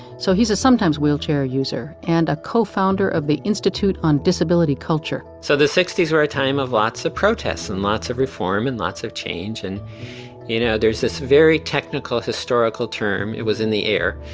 so he's a sometimes wheelchair user and a cofounder of the institute on disability culture so the sixties were a time of lots of protests, and lots of reform, and lots of change. and you know, there's this very technical historical term it was in the air.